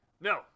No